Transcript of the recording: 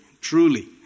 truly